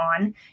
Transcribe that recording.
on